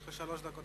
יש לך שלוש דקות,